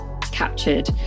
captured